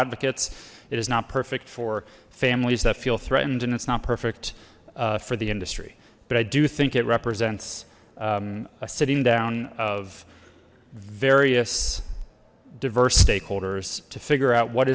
advocates it is not perfect for families that feel threatened and it's not perfect for the industry but i do think it represents sitting down of various diverse stakeholders to figure out what